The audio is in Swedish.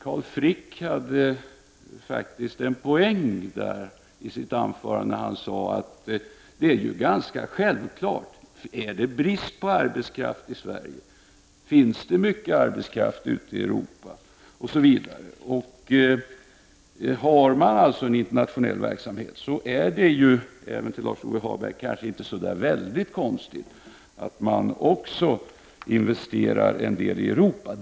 Carl Frick hade faktiskt en poäng när han påpekade att detta är ganska självklart. Råder det brist på arbetskraft i Sverige, finns det mycket arbetskraft ute i Europa. Har man en internationell verksamhet är det kanske inte så väldigt konstigt, inte ens för Lars-Ove Hagberg, att man också investerar en del i Europa.